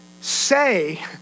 say